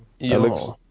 Alex